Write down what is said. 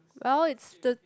well it's the